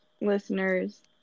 listeners